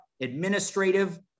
administrative